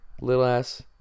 Little-ass